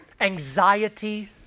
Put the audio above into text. Anxiety